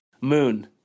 moon